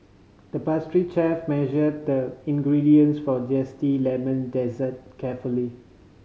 the pastry chef measured the ingredients for a zesty lemon dessert carefully